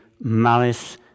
malice